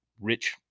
rich